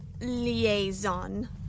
Liaison